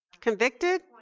Convicted